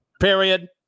Period